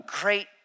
Great